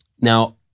Now